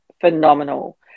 phenomenal